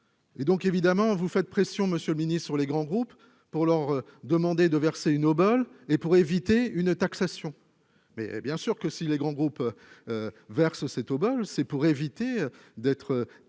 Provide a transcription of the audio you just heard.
Et donc, évidemment, vous faites pression Monsieur le Ministre, sur les grands groupes, pour leur demander de verser une obole et pour éviter une taxation, mais bien sûr que si les grands groupes verse cette obole, c'est pour éviter d'être